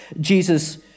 Jesus